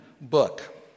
book